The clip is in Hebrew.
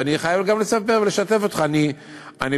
ואני חייב גם לספר ולשתף אותך: בשלב